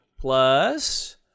Plus